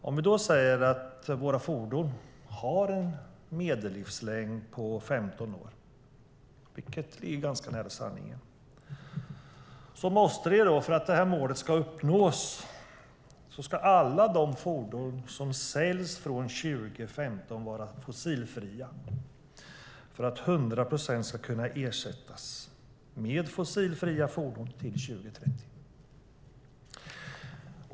Om vi säger att våra fordon har en medellivslängd på 15 år, vilket är ganska nära sanningen, måste alla de fordon som säljs från 2015 vara fossilfria för att målet ska uppnås - för att 100 procent ska kunna ersättas med fossilfria fordon till 2030.